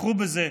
תתמכו בזה,